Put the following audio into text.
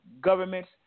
governments